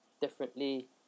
differently